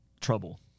Trouble